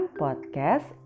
podcast